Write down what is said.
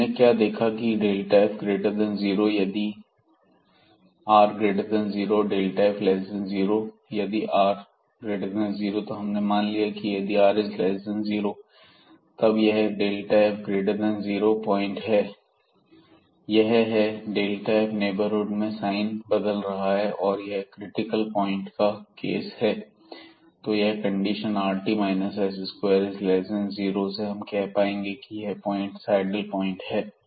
तो हमने क्या देखा की f0ifr0 f0ifr0 तो हमने मान लिया कि यदि हम r0 लें तब यह f0 पॉइंट यह है कि f नेबरहुड में साइन बदल रहा है और यह क्रिटिकल पॉइंट का केस है तो यह कंडीशन rt s20 से हम कह पाएंगे कि यह पॉइंट सैडल पॉइंट है